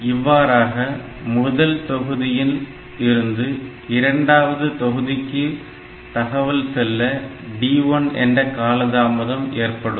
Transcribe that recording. இவ்வாறாக முதல் தொகுதியில் இருந்து இரண்டாவது தொகுதிக்கு தகவல் செல்ல D1 என்ற காலதாமதம் ஏற்படும்